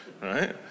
right